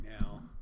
now